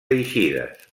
eixides